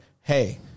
hey